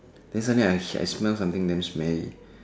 then suddenly I hit and I smell something damn smelly